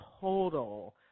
total